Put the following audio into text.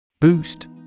Boost